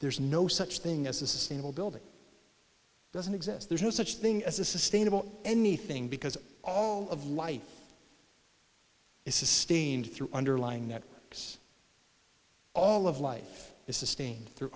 re's no such thing as a sustainable building doesn't exist there's no such thing as a sustainable anything because all of life is sustained through underlying that it's all of life is sustained through